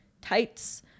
tights